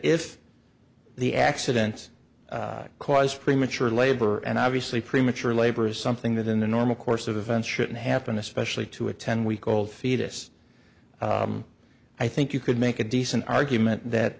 if the accidents cause premature labor and obviously premature labor is something that in the normal course of events shouldn't happen especially to a ten week old fetus i think you could make a decent argument that